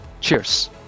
Cheers